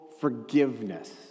forgiveness